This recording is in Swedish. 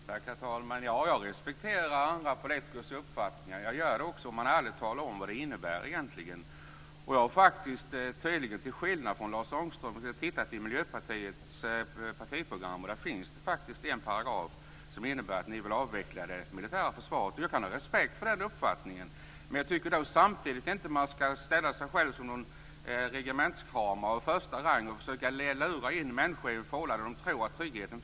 Herr talman! Ja, jag respekterar andra politikers uppfattningar. Jag respekterar också att man ärligt talar om vad de egentligen innebär. Jag har, tydligen till skillnad från Lars Ångström, läst Miljöpartiets partiprogram, där det faktiskt finns en paragraf som innebär att ni vill avveckla det militära försvaret. Jag kan ha respekt för den uppfattningen, men jag tycker inte att man samtidigt från Miljöpartiets sida ska framställa sig som regementskramare av första rang och försöka förleda människor att tro att Lars Ångström står för tryggheten.